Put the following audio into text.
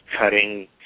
cutting